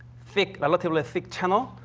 thick, relatively thick channel,